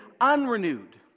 unrenewed